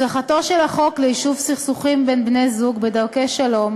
הצלחתו של החוק ליישוב סכסוכים בין בני-זוג בדרכי שלום